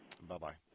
Bye-bye